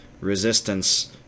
resistance